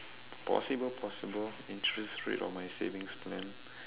possible possible interest rate on my savings plan